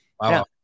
Wow